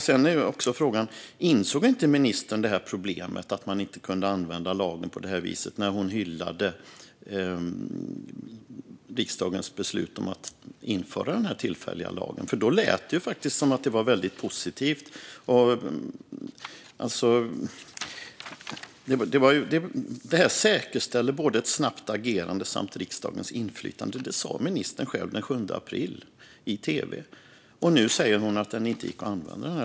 Sedan är också frågan: Insåg inte ministern problemet att man inte kunde använda lagen på det här viset när hon hyllade riksdagens beslut om att införa den tillfälliga lagen? Då lät det som att det var väldigt positivt. "Det här säkerställer både ett snabbt agerande samt riksdagens inflytande" - så sa ministern själv i tv den 7 april. Nu säger hon att lagen inte gick att använda.